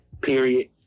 period